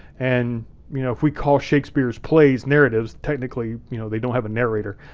and you know if we call shakespeare's plays narratives, technically you know they don't have a narrator,